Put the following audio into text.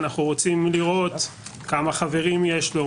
אנחנו רוצים לראות כמה חברים יש לו,